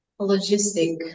logistic